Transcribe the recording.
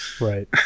Right